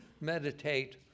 meditate